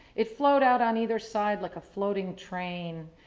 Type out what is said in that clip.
it flowed out on either side like a floating train.